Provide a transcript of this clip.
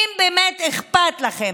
אם באמת אכפת לכם,